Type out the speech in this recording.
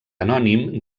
anònim